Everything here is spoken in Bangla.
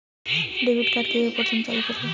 ডেবিটকার্ড কিভাবে প্রথমে চালু করব?